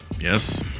Yes